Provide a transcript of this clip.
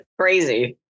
Crazy